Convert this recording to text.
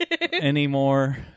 anymore